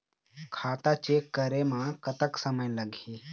खाता चेक करे म कतक समय लगही?